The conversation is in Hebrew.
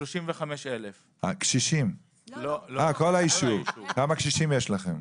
35,000. כמה קשישים יש לכם?